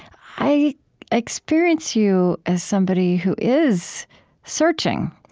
i experience you as somebody who is searching,